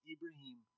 Ibrahim